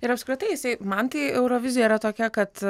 ir apskritai jisai man tai eurovizija yra tokia kad